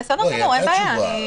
בסדר, אני מתייחסת.